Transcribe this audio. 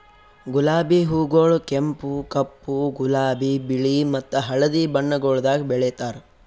ಗುಲಾಬಿ ಹೂಗೊಳ್ ಕೆಂಪು, ಕಪ್ಪು, ಗುಲಾಬಿ, ಬಿಳಿ ಮತ್ತ ಹಳದಿ ಬಣ್ಣಗೊಳ್ದಾಗ್ ಬೆಳೆತಾರ್